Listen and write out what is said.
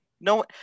No